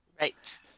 Right